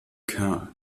kerl